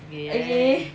ya